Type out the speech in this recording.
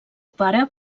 pare